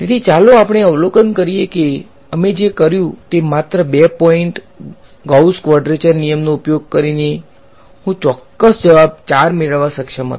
તેથી ચાલો આપણે અવલોકન કરીએ કે અમે જે કર્યું તે માત્ર 2 પોઈન્ટ ગૌસ ક્વાડ્રેચર નિયમનો ઉપયોગ કરીને હું ચોક્કસ જવાબ 4 મેળવવામાં સક્ષમ હતો